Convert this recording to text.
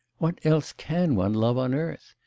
what else can one love on earth?